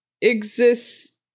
exists